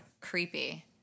Creepy